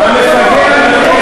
עם מלומד